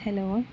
hello